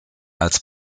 als